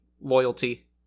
loyalty